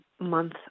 month